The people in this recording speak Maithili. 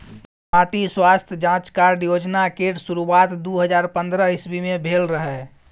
माटि स्वास्थ्य जाँच कार्ड योजना केर शुरुआत दु हजार पंद्रह इस्बी मे भेल रहय